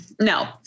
No